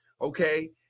okay